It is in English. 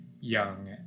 young